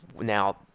Now